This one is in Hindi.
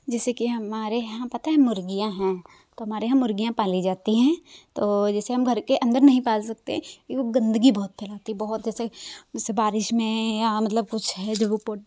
जैसे कि हमारे यहाँ पता है मुर्गियां हैं तो हमारे यहाँ मुर्गियां पाली जाती हैं तो जैसे हम घर के अंदर नहीं पाल सकते कि वो गंदगी बहुत फैलाती बहुत जैसे इस बारिश में या मतलब कुछ है जो वो पोट्टी